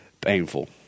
painful